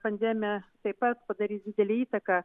pandemija taip pat padarys didelę įtaką